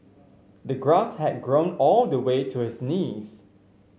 the grass had grown all the way to his knees